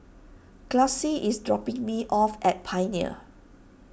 Classie is dropping me off at Pioneer